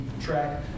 track